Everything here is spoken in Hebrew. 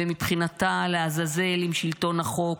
ומבחינתה לעזאזל עם שלטון החוק,